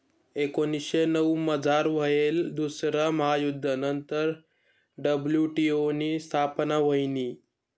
एकोनीसशे नऊमझार व्हयेल दुसरा महायुध्द नंतर डब्ल्यू.टी.ओ नी स्थापना व्हयनी